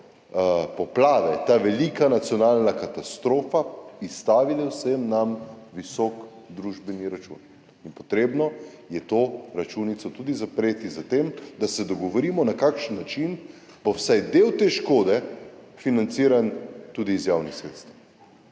poplave, ta velika nacionalna katastrofa, izstavile vsem nam visok družbeni račun. Potrebno je to računico tudi zapreti s tem, da se dogovorimo, na kakšen način bo vsaj del te škode financiran tudi iz javnih sredstev.